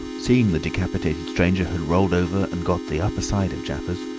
seeing the decapitated stranger had rolled over and got the upper side of jaffers,